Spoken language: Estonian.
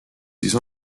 siis